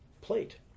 plate